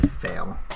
fail